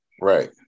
Right